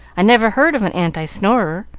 i never heard of an anti-snorer.